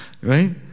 Right